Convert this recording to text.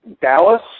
Dallas